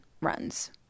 runs